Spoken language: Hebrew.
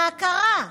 מה קרה?